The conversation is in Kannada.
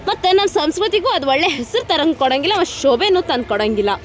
ಮತ್ತು ನಮ್ಮ ಸಂಸ್ಕೃತಿಗೂ ಅದು ಒಳ್ಳೆಯ ಹೆಸರು ತರಂಗೆ ಕೊಡೋಂಗಿಲ್ಲ ಮತ್ತು ಶೋಭೆನೂ ತಂದುಕೊಡಂಗಿಲ್ಲ